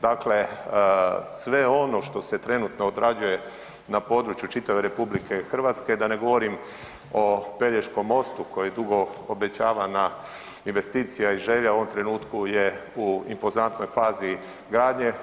Dakle, sve ono što se trenutno odrađuje na području čitave RH, da ne govorim o Pelješkom mostu koji je dugo obećavana investicija i želja u ovom trenutku je u impozantnoj fazi gradnje.